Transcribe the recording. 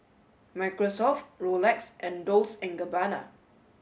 Microsoft Rolex and Dolce and Gabbana